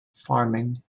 farming